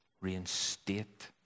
Reinstate